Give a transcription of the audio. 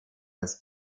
als